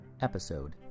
episode